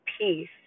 peace